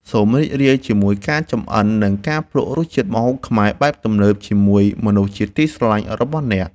សូមរីករាយជាមួយការចម្អិននិងការភ្លក់រសជាតិម្ហូបខ្មែរបែបទំនើបជាមួយមនុស្សជាទីស្រឡាញ់របស់លោកអ្នក។